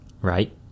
right